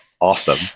Awesome